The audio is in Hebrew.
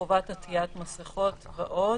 חובת עטיית מסכות ועוד.